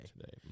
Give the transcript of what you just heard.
Today